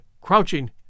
crouching